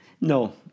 no